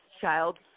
child